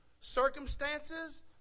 circumstances